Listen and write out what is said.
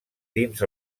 dins